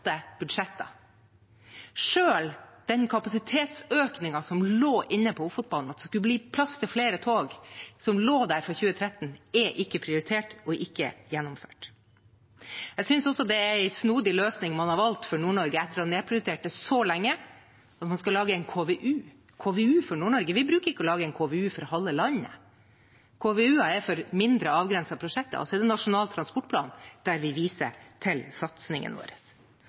den kapasitetsøkningen som lå inne på Ofotbanen, at det skulle bli plass til flere tog, som lå der for 2013, er ikke prioritert og ikke gjennomført. Jeg synes også det er en snodig løsning man har valgt for Nord-Norge, etter å ha nedprioritert det så lenge, at man skal lage en KVU. En KVU for Nord-Norge – vi bruker ikke å lage en KVU for halve landet. KVU-er er for mindre avgrensede prosjekter, og så er det Nasjonal transportplan, der vi viser til